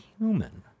human